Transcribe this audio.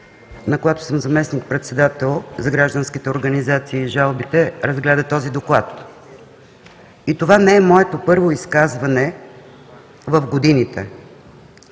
на която съм заместник председател, за гражданските организации и жалбите разгледа този Доклад. Това не е моето първо изказване в годините,